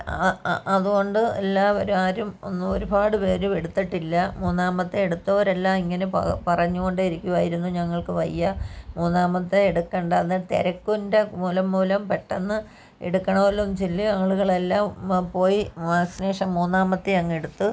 അതുകൊണ്ട് എല്ലാവരും ആരും ഒന്നും ഒരുപാട് പേരും എടുത്തിട്ടില്ല മൂന്നാമത്തെ എടുത്തവരെല്ലാം ഇങ്ങനെ പറഞ്ഞ് കൊണ്ടേ ഇരിക്കുകയായിരുന്നു ഞങ്ങൾക്ക് വയ്യ മൂന്നാമത്തെ എടുക്കേണ്ട അത് തിരക്കിൻ്റെ മൂലം മൂലം പെട്ടെന്ന് എടുക്കണമല്ലോയെന്ന് ചില ആളുകളെല്ലാം പോയി വാക്സിനേഷൻ മൂന്നാമത്തെ അങ്ങ് എടുത്ത്